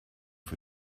für